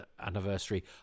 anniversary